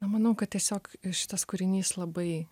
na manau kad tiesiog šitas kūrinys labai